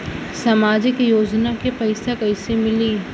सामाजिक योजना के पैसा कइसे मिली?